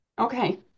Okay